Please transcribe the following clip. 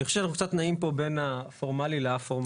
אני חושב שאנחנו קצת נעים פה בין הפורמלי לא-פורמלי.